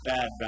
Bad